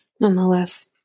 Nonetheless